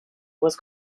was